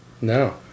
No